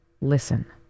Listen